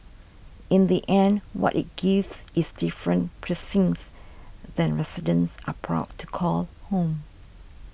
in the end what it gives is different precincts that residents are proud to call home